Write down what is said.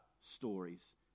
stories